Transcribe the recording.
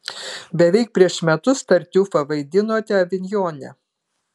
beveik prieš metus tartiufą vaidinote avinjone